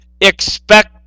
Expect